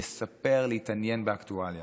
לספר, להתעניין באקטואליה.